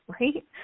Right